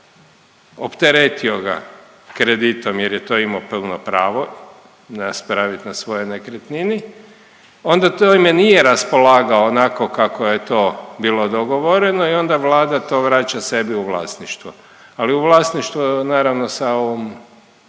opteretio ga kreditom jer je to imao puno pravo napravit na svojoj nekretnini, onda time nije raspolagao onako kako je to bilo dogovoreno i onda Vlada to vraća sebi u vlasništvo. Ali u vlasništvo naravno sa ovom